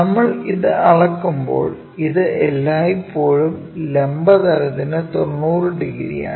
നമ്മൾ ഇത് അളക്കുമ്പോൾ ഇത് എല്ലായ്പ്പോഴും ലംബ തലത്തിനു 90 ഡിഗ്രിയാണ്